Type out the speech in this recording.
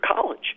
college